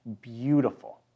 beautiful